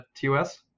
TOS